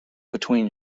between